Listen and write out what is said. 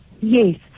Yes